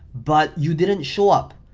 but you didn't show up.